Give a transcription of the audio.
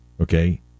okay